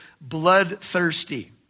bloodthirsty